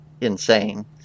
insane